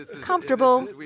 comfortable